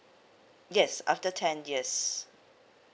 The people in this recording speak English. yes after ten years